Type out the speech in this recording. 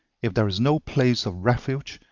if there is no place of refuge,